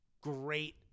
great